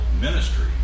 ministry